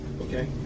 okay